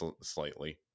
slightly